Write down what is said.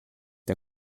der